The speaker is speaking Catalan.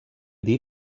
dir